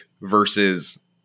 versus